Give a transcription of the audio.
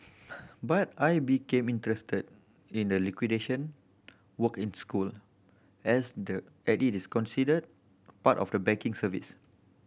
but I became interested in the liquidation work in school as the as it is considered part of the banking service